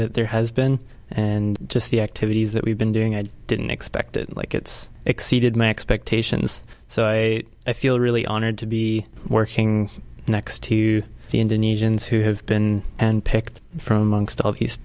that there has been and just the activities that we've been doing i didn't expected like it's exceeded my expectations so i feel really honored to be we working next to the indonesians who have been and picked from angst of these